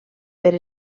per